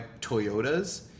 Toyotas